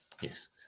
yes